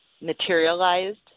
materialized